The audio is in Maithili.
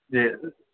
जी